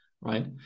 right